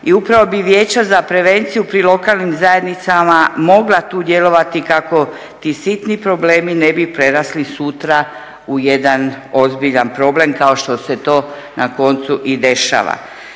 I upravo bi vijeća za prevenciju pri lokalnim zajednicama mogla tu djelovati kako ti sitni problemi ne bi prerasli sutra u jedan ozbiljan problem kao što se to na koncu i dešava.